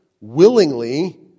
willingly